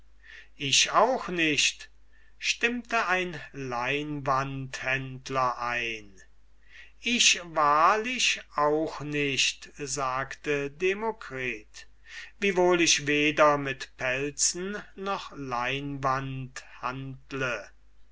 ich auch nicht sagte ein leinwandhändler ich wahrlich auch nicht sagte demokritus wiewohl ich weder mit pelzen noch leinwand handle